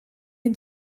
een